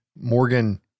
morgan